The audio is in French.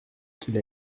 qu’il